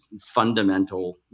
Fundamental